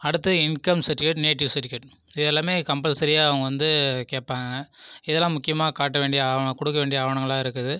அடுத்து income certificate native certificate இது எல்லாமே கம்பல்சரியாக அவங்க வந்து கேட்பாங்க இது எல்லாம் முக்கியமாக காட்ட வேண்டிய ஆவணம் கொடுக்க வேண்டிய ஆவணங்களாக இருக்குது